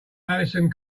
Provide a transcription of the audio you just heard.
alison